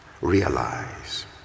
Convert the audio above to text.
Realize